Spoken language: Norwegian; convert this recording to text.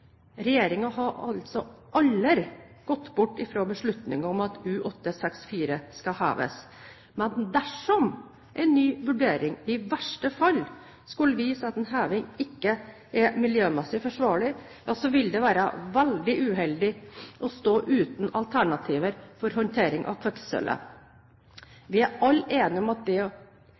har altså aldri gått bort fra beslutningen om at U-864 skal heves, men dersom en ny vurdering i verste fall skulle vise at heving ikke er miljømessig forsvarlig, vil det være veldig uheldig å stå uten alternativer for håndtering av kvikksølvet. Vi er alle enige om at det ikke er en løsning ikke å gjøre noen ting. Det er grunnen til at regjeringen har valgt å